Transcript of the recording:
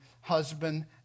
husband